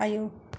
आयौ